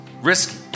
Risky